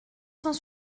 cent